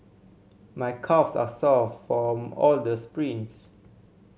my calves are sore from all the sprints